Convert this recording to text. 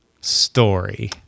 story